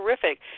terrific